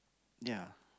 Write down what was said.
ya